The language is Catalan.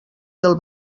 del